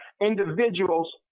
individuals